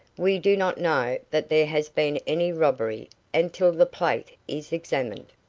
we do not know that there has been any robbery until the plate is examined,